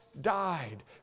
died